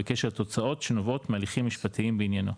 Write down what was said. בקשר התוצאות שנובעות מההליכים המשפטיים בעניינו.